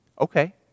okay